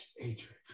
Adrian